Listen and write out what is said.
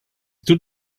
tut